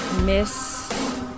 Miss